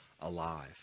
alive